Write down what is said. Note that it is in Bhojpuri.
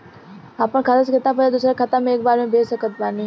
हम अपना खाता से केतना पैसा दोसरा के खाता मे एक बार मे भेज सकत बानी?